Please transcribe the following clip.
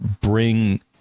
bring